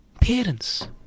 parents